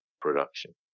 production